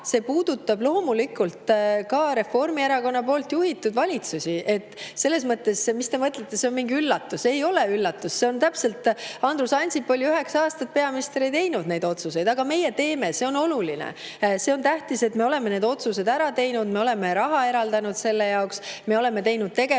see puudutab loomulikult ka Reformierakonna juhitud valitsusi. Mis te mõtlete, et see on mingi üllatus? Ei ole üllatus. Andrus Ansip oli üheksa aastat peaminister ja ei teinud neid otsuseid, aga meie teeme, see on oluline. See on tähtis, et me oleme need otsused ära teinud, me oleme raha eraldanud selle jaoks, me oleme teinud tegevuskava